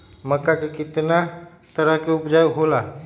मक्का के कितना तरह के उपज हो ला?